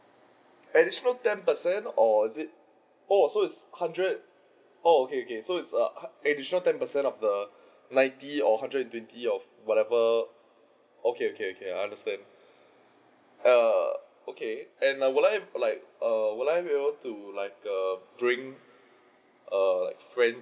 additional ten percent or is it oh so it's hundred oh okay okay so it is err additional ten percent of the ninety or hundred and twenty of whatever oh okay okay okay I understand err okay and will I like err will I be able to like err bring err like friends